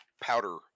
powder